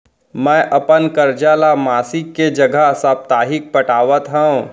मै अपन कर्जा ला मासिक के जगह साप्ताहिक पटावत हव